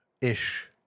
ish